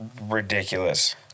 ridiculous